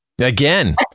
Again